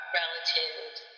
relatives